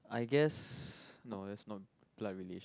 I guess no there's no blood relation